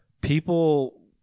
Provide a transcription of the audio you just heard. people